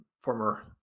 former